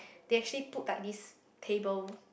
they actually put like these tables